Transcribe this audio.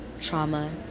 trauma